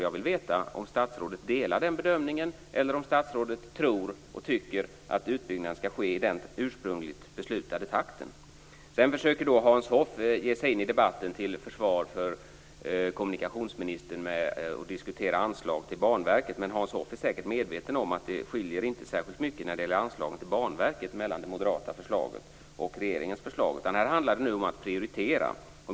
Jag vill veta om statsrådet delar den bedömningen eller om hon tror och tycker att utbyggnaden skall ske i den ursprungligen beslutade takten. Sedan försöker Hans Hoff ge sig in i debatten till försvar för kommunikationsministern. Han diskuterar anslag till Banverket. Men Hans Hoff är säkert medveten om att det inte skiljer särskilt mycket mellan det moderata förslaget och regeringens förslag när det gäller anslaget till Banverket. Här handlar det nu om att prioritera.